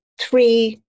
three